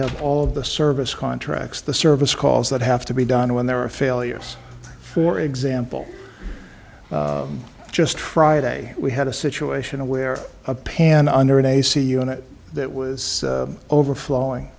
have all of the service contracts the service calls that have to be done when there are failures for example just friday we had a situation where a pan under an ac unit that was overflowing